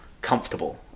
comfortable